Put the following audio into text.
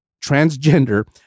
transgender